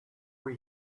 were